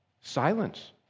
Silence